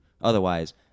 otherwise